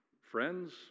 friends